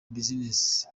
business